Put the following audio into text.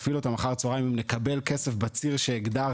במידה ונקבל כסף בציר שהגדרתם.